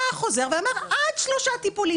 בא החוזר ואמר: עד שלושה טיפולים.